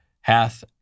hath